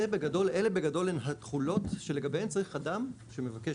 אלו בגדול הן התכולות שלגביהן צריך אדם שמבקש